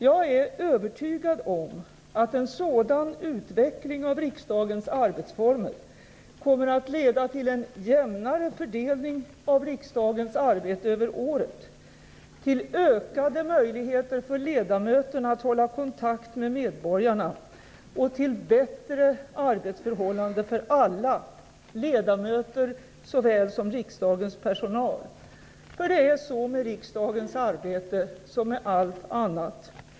Jag är övertygad om att en sådan utveckling av riksdagens arbetsformer kommer att leda till en jämnare fördelning av riksdagens arbete över året, till ökade möjligheter för ledamöterna att hålla kontakt med medborgarna och till bättre arbetsförhållande för alla - ledamöter såväl som riksdagens personal. Det är med riksdagens arbete som med allt annat.